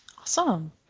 Awesome